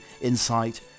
insight